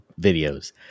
videos